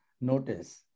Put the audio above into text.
notice